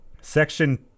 Section